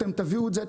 אתם תביאו את זה,